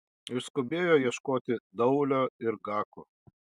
išskubėjo ieškoti daulio ir gako